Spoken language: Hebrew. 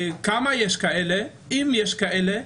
אם יש כאלה,